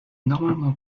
normalement